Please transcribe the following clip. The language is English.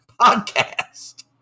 podcast